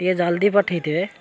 ଟିକେ ଜଲଦି ପଠାଇଥିବେ